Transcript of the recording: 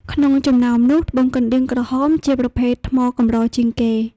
ក្នុងចំណោមនោះត្បូងកណ្តៀងក្រហម ជាប្រភេទថ្មកម្រជាងគេ។